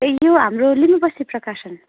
यो हाम्रो लिली बस्ती प्रकाशन